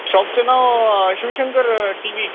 शॉपचं नाव Shivshankar T V